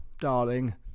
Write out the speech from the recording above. darling